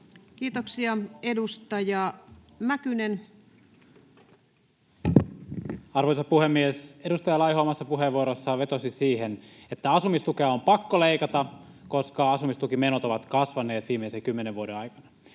Kiitoksia. — Edustaja Mäkynen. Arvoisa puhemies! Edustaja Laiho omassa puheenvuorossaan vetosi siihen, että asumistukea on pakko leikata, koska asumistukimenot ovat kasvaneet viimeisen kymmenen vuoden aikana.